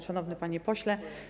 Szanowny Panie Pośle!